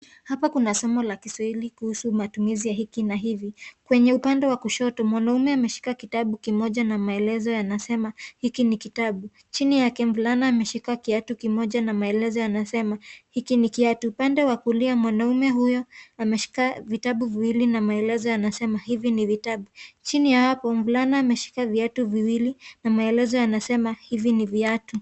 Hapa kuna somo la kiswahili kuhusu matumizi ya hiki na hivi. Kwenye upande wa kushoto mwanaume ameshika kitabu kimoja na maelezo yanayosema hiki ni kitabu. Chini yake mvulana ameshika kiatu kimoja na maelezo yanayosema hiki ni kiatu. Upande wa kulia mwanaume huyo ameshika vitabu viwili na maelezo yanasema hivi ni vitabu. Chini ya hapo mvulana ameshika viatu viwili na maelezo yanasema hivi ni viatu.